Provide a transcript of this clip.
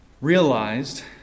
realized